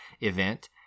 event